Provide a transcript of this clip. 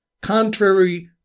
contrary